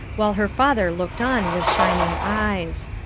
while her father looked on with shining eyes.